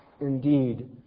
indeed